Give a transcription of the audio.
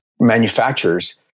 manufacturers